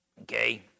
Okay